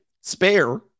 Spare